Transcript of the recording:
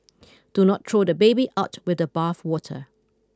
do not throw the baby out with the bathwater